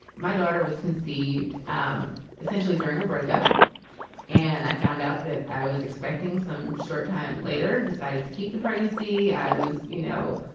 my daughter was conceived um essentially during a breakup and i found out that i was expecting some short time later decided to keep the pregnancy. i was, you know,